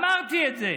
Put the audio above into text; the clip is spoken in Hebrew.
אמרתי את זה.